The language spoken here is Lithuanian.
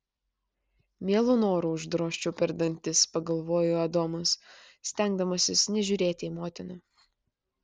mielu noru uždrožčiau per dantis pagalvojo adomas stengdamasis nežiūrėti į motiną